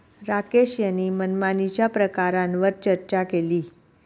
राकेश यांनी मनमानीच्या प्रकारांवर चर्चा केली